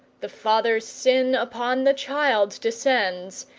the father's sin upon the child descends,